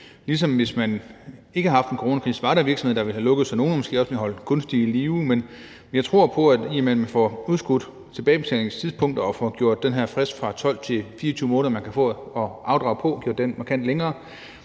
Ligesom hvis man ikke havde haft en coronakrise, var der virksomheder, der ville have lukket, så nogle er måske også blevet holdt kunstigt i live. Men jeg tror på, at i og med man får udskudt tilbagebetalingstidspunktet og den her frist, man kan få at afdrage i, bliver gjort markant længere,